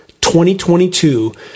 2022